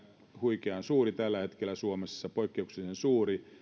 huikean suuri tällä hetkellä suomessa poikkeuksellisen suuri ja